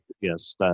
Yes